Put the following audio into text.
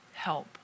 Help